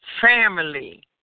family